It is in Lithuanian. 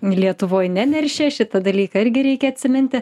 lietuvoj neneršia šitą dalyką irgi reikia atsiminti